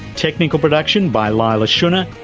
technical production by leila shunnar,